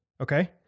Okay